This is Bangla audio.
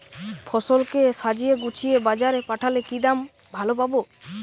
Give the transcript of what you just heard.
ফসল কে সাজিয়ে গুছিয়ে বাজারে পাঠালে কি দাম ভালো পাব?